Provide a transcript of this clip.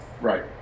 Right